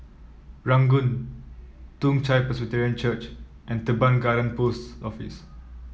Ranggung Toong Chai Presbyterian Church and Teban Garden Post Office